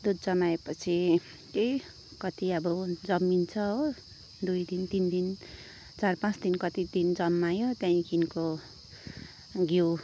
दुध जमाए पछि त्यही कति अब जमिन्छ हो दुई दिन तिन दिन चार पाँच दिन कति दिन जम्मायो त्यहाँदेखिको घिउ